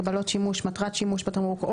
הגבלות שימוש או מטרת השימוש בתמרוק,